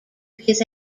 his